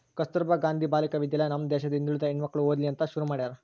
ಕಸ್ತುರ್ಭ ಗಾಂಧಿ ಬಾಲಿಕ ವಿದ್ಯಾಲಯ ನಮ್ ದೇಶದ ಹಿಂದುಳಿದ ಹೆಣ್ಮಕ್ಳು ಓದ್ಲಿ ಅಂತ ಶುರು ಮಾಡ್ಯಾರ